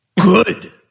good